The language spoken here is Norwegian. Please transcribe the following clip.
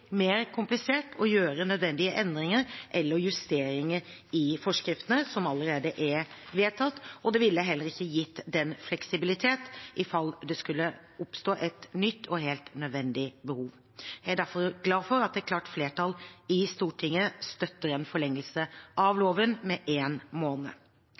mer komplisert å gjøre nødvendige endringer eller justeringer i forskriftene som allerede er vedtatt, og det ville heller ikke gitt fleksibilitet i fall det skulle oppstå et nytt og helt nødvendig behov. Jeg er derfor glad for at et klart flertall i Stortinget støtter en forlengelse av loven med én måned.